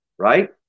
Right